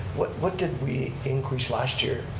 what what did we increase last year?